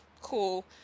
cool